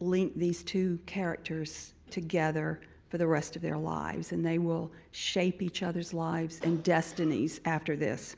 link these two characters together for the rest of their lives. and they will shape each others lives' and destinies after this.